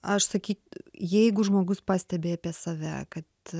aš sakyt jeigu žmogus pastebi apie save kad